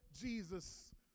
Jesus